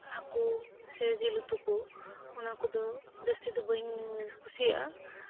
ᱦᱟᱹᱠᱩ ᱥᱮ ᱡᱤᱞ ᱩᱛᱩ ᱠᱚ ᱚᱱᱟ ᱠᱚᱫᱚ ᱡᱟᱹᱥᱛᱤ ᱫᱚ ᱵᱟᱹᱧ ᱠᱩᱥᱤᱭᱟᱜᱼᱟ